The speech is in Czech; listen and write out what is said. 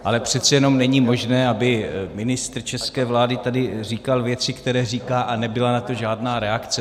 Ale přece jenom není možné, aby ministr české vlády tady říkal věci, které říká, a nebyla na to žádná reakce.